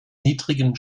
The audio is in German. niedrigen